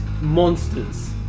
monsters